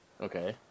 Okay